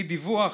באי-דיווח.